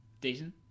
Decent